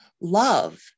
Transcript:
Love